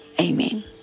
Amen